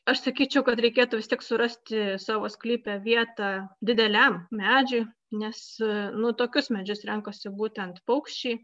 aš sakyčiau kad reikėtų vis tik surasti savo sklype vietą dideliam medžiui nes nu tokius medžius renkasi būtent paukščiai